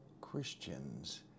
Christians